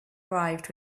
arrived